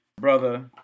brother